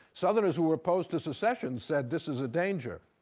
southerners who were opposed to secession said this is a danger.